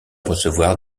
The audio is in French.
recevoir